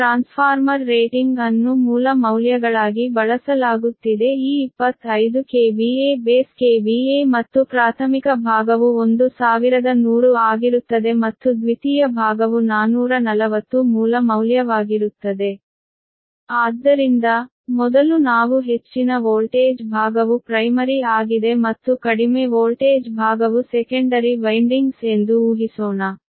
ಈಗ transformer rating ಅನ್ನು ಮೂಲ ಮೌಲ್ಯಗಳಾಗಿ ಬಳಸಲಾಗುತ್ತಿದೆ ಈ 25 KVA ಬೇಸ್ KVA ಮತ್ತು ಪ್ರಾಥಮಿಕ ಭಾಗವು 1100 ಆಗಿರುತ್ತದೆ ಮತ್ತು ದ್ವಿತೀಯ ಭಾಗವು 440 ಮೂಲ ಮೌಲ್ಯವಾಗಿರುತ್ತದೆ ಆದ್ದರಿಂದ ಮೊದಲು ನಾವು ಹೆಚ್ಚಿನ ವೋಲ್ಟೇಜ್ ಭಾಗವು ಪ್ರೈಮರಿ ಆಗಿದೆ ಮತ್ತು ಕಡಿಮೆ ವೋಲ್ಟೇಜ್ ಭಾಗವು ಸೆಕೆಂಡರಿ ವೈನ್ಡಿಂಗ್ಸ್ ಎಂದು ಊಹಿಸೋಣ